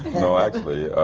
no, actually,